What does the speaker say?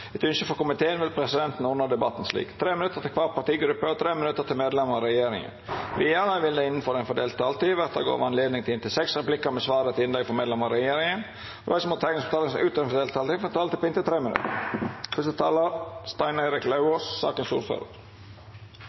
Etter ynske frå kommunal- og forvaltningskomiteen vil presidenten ordna debatten slik: 3 minutt til kvar partigruppe og 3 minutt til medlemer av regjeringa. Vidare vil det – innanfor den fordelte taletida – verta gjeve anledning til inntil seks replikkar med svar etter innlegg frå medlemer av regjeringa, og dei som måtte teikna seg på talarlista utover den fordelte taletida, får òg ei taletid på inntil 3 minutt.